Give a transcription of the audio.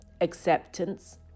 acceptance